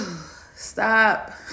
Stop